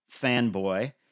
fanboy